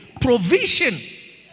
provision